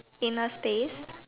in a space